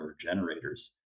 generators